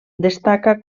destaca